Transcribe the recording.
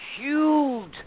huge